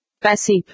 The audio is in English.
Passive